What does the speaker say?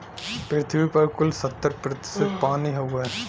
पृथ्वी पर कुल सत्तर प्रतिशत पानी हउवे